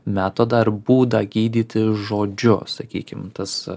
metodą ar būdą gydyti žodžiu sakykim tas